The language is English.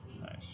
Nice